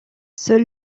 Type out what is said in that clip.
seul